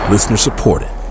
Listener-supported